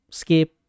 skip